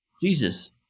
Jesus